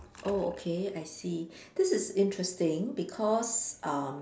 oh okay I see this is interesting because uh